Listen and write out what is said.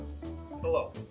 Hello